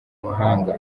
mahanga